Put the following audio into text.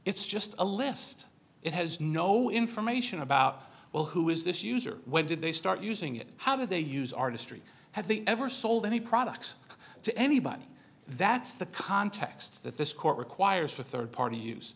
it's just a list it has no information about well who is this user when did they start using it how do they use artistry have the ever sold any products to anybody that's the context that this court requires for third part